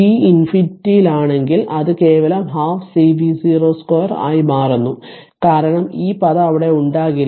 t ഇൻഫിനിറ്റിയിലാണെങ്കിൽ അത് കേവലം 1 2 C v0 2 ആയി മാറുന്നു കാരണം ഈ പദം അവിടെ ഉണ്ടാകില്ല